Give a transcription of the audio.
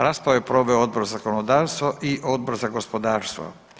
Raspravu je proveo Odbor za zakonodavstvo i Odbor za gospodarstvo.